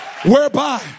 whereby